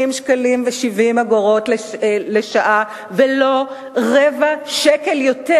20.70 שקלים לשעה ולא רבע שקל יותר,